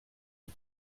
den